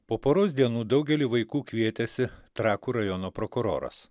po poros dienų daugelį vaikų kvietėsi trakų rajono prokuroras